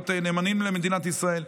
להיות נאמנים למדינת ישראל.